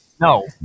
No